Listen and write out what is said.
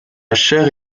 chaire